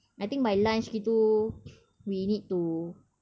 I think by lunch gitu we need to